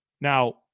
Now